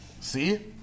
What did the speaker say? See